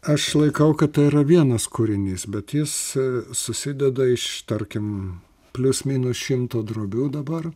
aš laikau kad tai yra vienas kūrinys bet jis susideda iš tarkim plius minus šimto drobių dabar